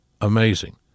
amazing